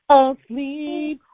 asleep